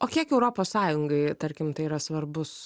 o kiek europos sąjungai tarkim tai yra svarbus